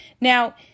Now